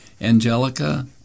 Angelica